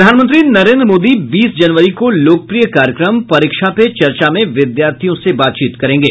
प्रधानमंत्री नरेन्द्र मोदी बीस जनवरी को लोकप्रिय कार्यक्रम परीक्षा पे चर्चा में विद्यार्थियों से बातचीत करेंगे